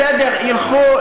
בסדר, ילכו.